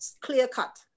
clear-cut